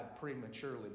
prematurely